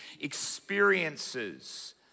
experiences